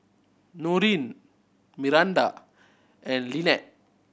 Norene Miranda and Lynette